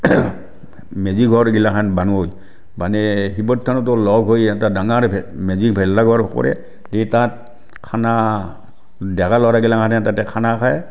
মেজিঘৰগিলাখন বানয় মানে শিৱৰ থানতো লগ হৈ এটা ডাঙৰ মেজি ভেলাঘৰ কৰে সেই তাত খানা ডেকা ল'ৰাগিলাখনে তাত খানা খায়